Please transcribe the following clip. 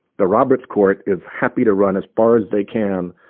the roberts court is happy to run as far as they can.